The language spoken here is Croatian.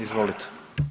Izvolite.